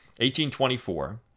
1824